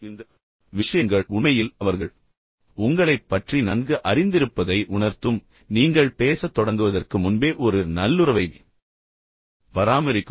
எனவே இந்த விஷயங்கள் உண்மையில் அவர்கள் உங்களைப் பற்றி நன்கு அறிந்திருப்பதை உணர்த்தும் மேலும் நீங்கள் பேசத் தொடங்குவதற்கு முன்பே ஒரு நல்லுறவைப் பராமரிக்கும்